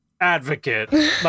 advocate